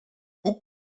hoe